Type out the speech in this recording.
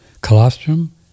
colostrum